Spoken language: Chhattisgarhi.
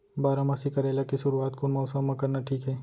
बारामासी करेला के शुरुवात कोन मौसम मा करना ठीक हे?